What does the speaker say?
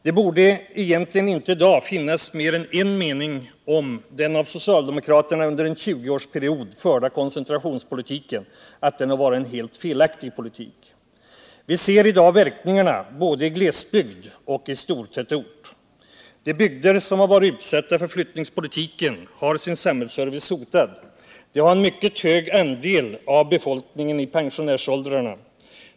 Det borde i dag egentligen inte finnas mer än en mening om den av socialdemokraterna under en 20-årsperiod förda koncentrationspolitiken: den har varit en helt felaktig politik. Vi ser i dag verkningarna både i glesbygd och i stortätort. De bygder som varit utsatta för flyttningspolitiken har sin samhällsservice hotad. De har en mycket hög andel av befolkningen i pensionärsåldrarna.